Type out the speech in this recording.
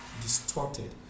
distorted